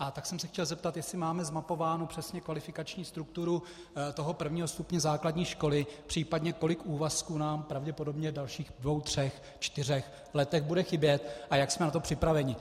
A tak jsem se chtěl zeptat, jestli máme zmapovánu přesně kvalifikační strukturu prvního stupně základní školy, případně kolik úvazků nám pravděpodobně v dalších dvou, třech, čtyřech letech bude chybět a jak jsme na to připraveni.